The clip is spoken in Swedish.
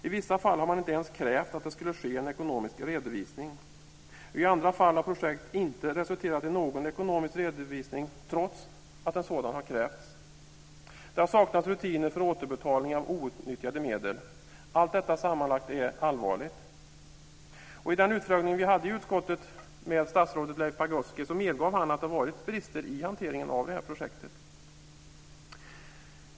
I vissa fall har man inte ens krävt att det skulle ske en ekonomisk redovisning. I andra fall har projekt inte resulterat i någon ekonomisk redovisning trots att en sådan har krävts. Det har saknats rutiner för återbetalningar av outnyttjade medel. Allt detta sammanlagt är allvarligt. I den utfrågning vi hade i utskottet med statsrådet Leif Pagrotsky medgav han att det har varit brister i hanteringen av det här ärendet.